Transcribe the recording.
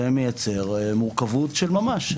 זה מייצר מורכבות של ממש,